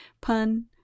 Pun